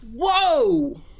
Whoa